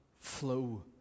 flow